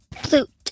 Flute